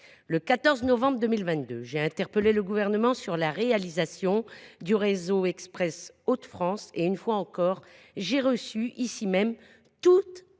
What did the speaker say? Le 13 décembre 2022, j’ai interpellé le Gouvernement sur la réalisation du réseau express Hauts de France et, une fois encore, j’ai reçu, ici même, toutes